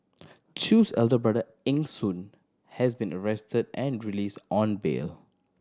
Chew's older brother Eng Soon has been arrested and released on bail